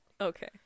Okay